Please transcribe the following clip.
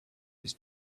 his